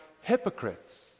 hypocrites